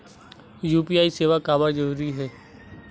UPI सेवाएं काबर जरूरी हे?